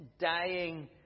dying